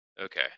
okay